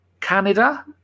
Canada